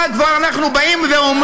מה כבר אנחנו אומרים?